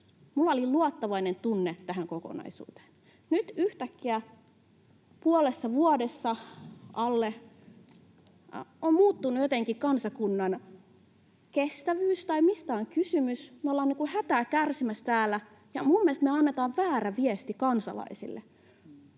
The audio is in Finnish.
Minulla oli luottavainen tunne tähän kokonaisuuteen. Nyt yhtäkkiä alle puolessa vuodessa on muuttunut jotenkin kansakunnan kestävyys — tai mistä on kysymys? — ja me ollaan hätää kärsimässä täällä. Minun mielestäni annetaan väärä viesti kansalaisille.